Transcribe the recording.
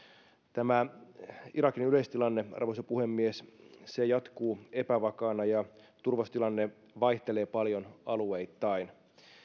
tämä irakin yleistilanne arvoisa puhemies jatkuu epävakaana ja turvallisuustilanne vaihtelee paljon alueittain